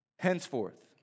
Henceforth